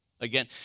Again